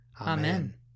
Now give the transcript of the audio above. Amen